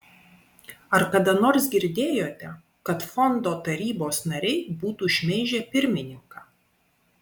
ar kada nors girdėjote kad fondo tarybos nariai būtų šmeižę pirmininką